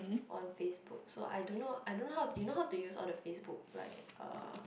on Facebook so I don't know I don't know how you know how to use all the Facebook like uh